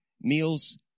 meals